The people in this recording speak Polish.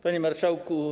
Panie Marszałku!